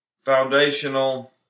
foundational